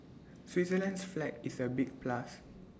Switzerland's flag is A big plus